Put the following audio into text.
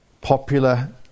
popular